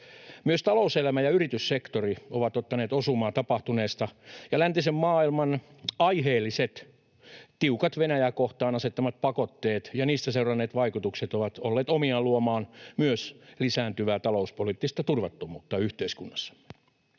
Myös talouselämä ja yrityssektori ovat ottaneet osumaa tapahtuneesta, ja läntisen maailman aiheelliset, tiukat Venäjää kohtaan asettamat pakotteet ja niistä seuranneet vaikutukset ovat olleet omiaan luomaan myös lisääntyvää talouspoliittista turvattomuutta yhteiskunnassa.